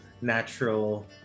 natural